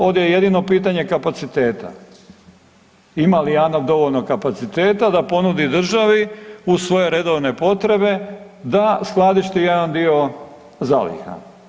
Ovdje je jedino pitanje kapaciteta, ima li Janaf dovoljno kapaciteta da ponudi državi uz svoje redovne potrebe da skladišti jedan dio zaliha.